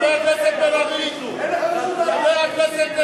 רבותי, לא, חבר הכנסת בן-ארי, חבר הכנסת בן-ארי.